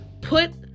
put